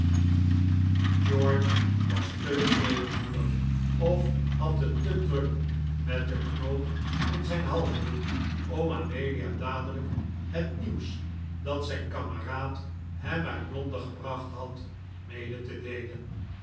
george was te edelmoedig of had het te druk met den knoop in zijn halsdoek om amelia dadelijk het nieuws dat zijn kameraad hem uit londen gebracht had mede te deelen